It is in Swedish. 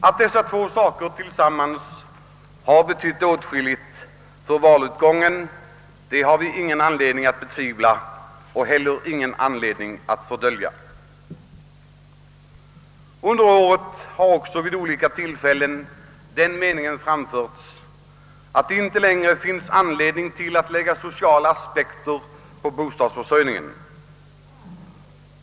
Att dessa två omständigheter tillsammans betytt åtskilligt för valutgången har vi ingen anledning att betvivla och heller ingen anledning att fördölja. Under året har också vid olika tillfällen den meningen framförts, att det inte längre finns anledning att lägga sociala aspekter på bostadsförsörjningen.